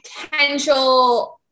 potential